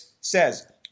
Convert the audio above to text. says